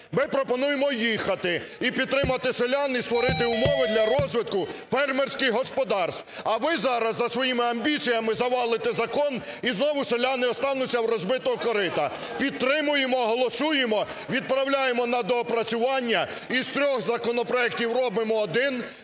Ми пропонуємо "їхати" і підтримати селян, і створити умови для розвитку фермерських господарств. А ви зараз, за своїми амбіціями, завалите закон і знову селяни остануться "у розбитого корита". Підтримуємо, голосуємо, відправляємо на доопрацювання і з трьох законопроектів робимо один,